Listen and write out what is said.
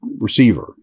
receiver